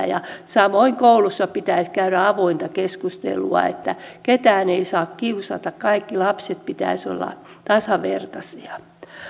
ja samoin koulussa pitäisi käydä avointa keskustelua siitä että ketään ei saa kiusata kaikkien lapsien pitäisi olla tasavertaisia